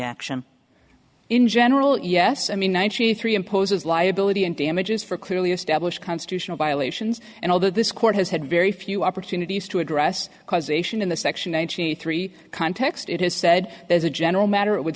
action in general yes i mean ninety three imposes liability and damages for clearly established constitutional violations and although this court has had very few opportunities to address causation in the section one hundred three context it has said there's a general matter it would